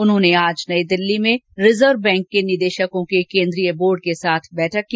उन्होंने आज नई दिल्ली में रिजर्व बैंक के निदेशकों के केन्द्रीय बोर्ड के साथ बैठक की